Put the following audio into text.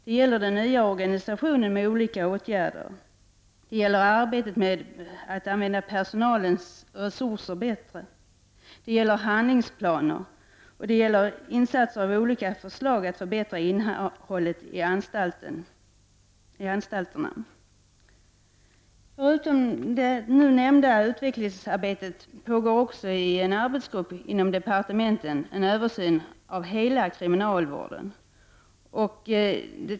Det gäller den nya organisationen med olika åtgärder, arbetet med att använda personalens resurser bättre, handlingsplaner och andra insatser och olika förslag för att förbättra innehållet i anstalterna. Förutom det nämnda utvecklingsarbetet pågår i en arbetsgrupp inom departementet en översyn av hela kriminalvården.